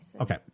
Okay